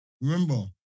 Remember